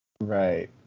Right